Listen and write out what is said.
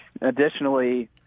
Additionally